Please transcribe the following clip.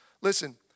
Listen